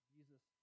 Jesus